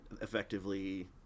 effectively